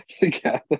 together